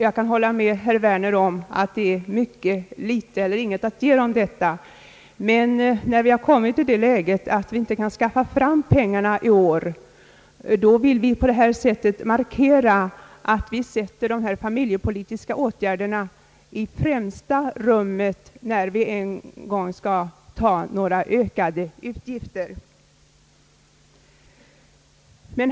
Jag kan hålla med herr Werner om att det är mycket litet att ge dem detta löfte. Men när vi har kommit i det läget att vi inte kan skaffa fram pengarna i år, vill vi på det här sättet markera att vi sätter de familjepolitiska åtgärderna i främsta rummet när vi en gång får möjlighet att ta på oss några ökade utgifter.